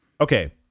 Okay